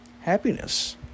happiness